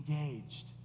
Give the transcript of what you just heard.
Engaged